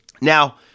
Now